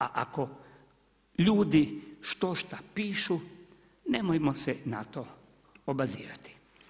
A ako ljudi štošta pišu nemojmo se na to obazirati.